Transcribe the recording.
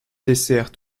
dessert